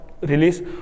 release